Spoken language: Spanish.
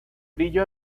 brillo